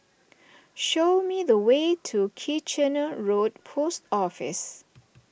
show me the way to Kitchener Road Post Office